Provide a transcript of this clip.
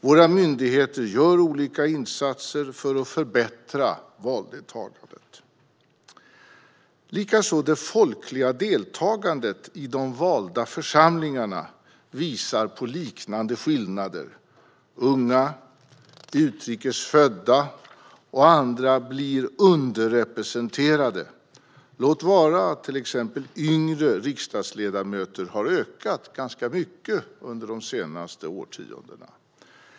Våra myndigheter gör olika insatser för att förbättra valdeltagandet. Likaså visar det folkliga deltagandet i de valda församlingarna på liknande skillnader. Unga, utrikes födda och andra blir underrepresenterade. Låt vara att till exempel yngre riksdagsledamöter har ökat ganska mycket till antalet under de senaste årtiondena.